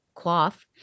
Cloth